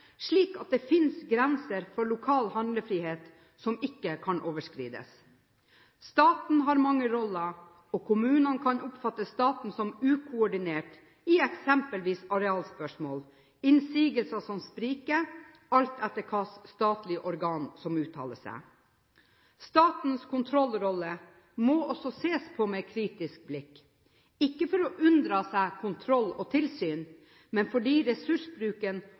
slik at det finnes grenser for lokal handlefrihet som ikke kan overskrides. Staten har mange roller, og kommunene kan oppfatte staten som ukoordinert i eksempelvis arealspørsmål, innsigelser som spriker, alt etter hvilket statlig organ som uttaler seg. Statens kontrollrolle må også ses på med kritisk blikk, ikke for å unndra seg kontroll og tilsyn, men fordi ressursbruken